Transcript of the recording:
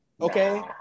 okay